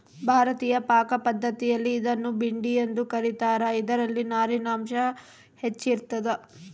ಭಾರತೀಯ ಪಾಕಪದ್ಧತಿಯಲ್ಲಿ ಇದನ್ನು ಭಿಂಡಿ ಎಂದು ಕ ರೀತಾರ ಇದರಲ್ಲಿ ನಾರಿನಾಂಶ ಹೆಚ್ಚಿರ್ತದ